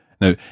Now